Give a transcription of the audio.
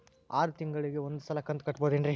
ಆರ ತಿಂಗಳಿಗ ಒಂದ್ ಸಲ ಕಂತ ಕಟ್ಟಬಹುದೇನ್ರಿ?